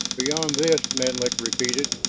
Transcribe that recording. beyond this, menlik repeated,